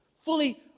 fully